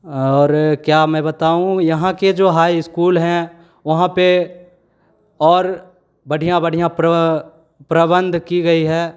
और क्या मैं बताऊँ यहाँ के जो हाई इस्कूल है वहाँ पर और बढ़िया बढ़िया प्र प्रबंध की गई हैं